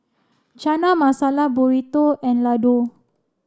Chana Masala Burrito and Ladoo